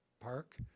Park